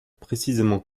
précisément